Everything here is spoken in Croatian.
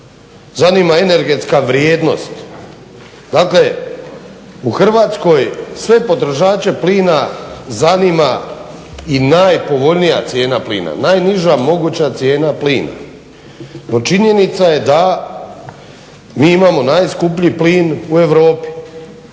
zanima energetska vrijednost. Dakle, u Hrvatskoj sve potrošače plina zanima i najpovoljnija cijena plina, najniža moguća cijena plina. No činjenica je da mi imamo najskuplji plin u Europi,